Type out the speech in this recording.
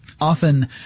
Often